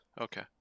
Okay